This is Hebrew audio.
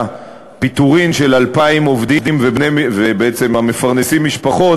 פיטורים של 2,000 עובדים המפרנסים משפחות,